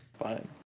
Fine